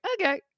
okay